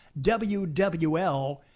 WWL